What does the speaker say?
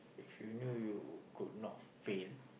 if you knew you could not fail